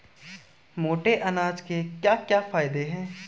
मोटे अनाज के क्या क्या फायदे हैं?